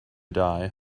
die